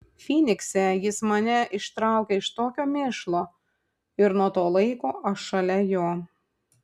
fynikse jis mane ištraukė iš tokio mėšlo ir nuo to laiko aš šalia jo